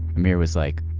amir was like,